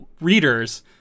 readers